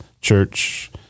church